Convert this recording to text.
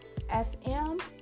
FM